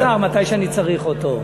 אז איפה השר מתי שאני צריך אותו?